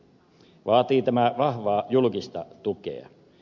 tämä vaatii vahvaa julkista tukea